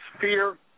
fear